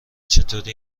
چطوری